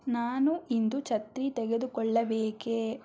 ನಾನು ಇಂದು ಛತ್ರಿ ತೆಗೆದುಕೊಳ್ಳಬೇಕೇ